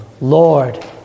Lord